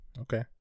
Okay